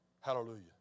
Hallelujah